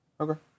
Okay